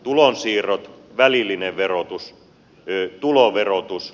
tulonsiirrot välillinen verotus tuloverotus